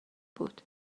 بود